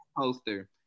poster